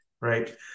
Right